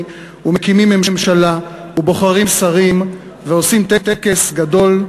ומקימים ממשלה ובוחרים שרים ועושים טקס גדול,